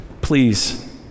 Please